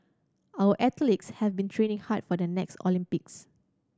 our athletes have been training hard for the next Olympics